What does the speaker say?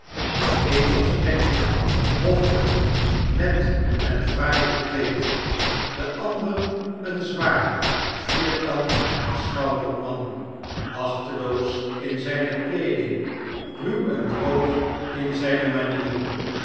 de een was tenger hoflijk net en fraai gekleed de ander een zwaar vierkant geschouderd man achteloos m zijne kleeding ruw en droog in zijne manieren